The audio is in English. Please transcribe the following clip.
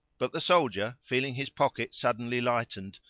but the soldier, feeling his pocket suddenly lightened,